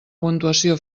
puntuació